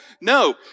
No